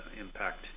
impact